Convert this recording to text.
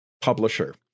publisher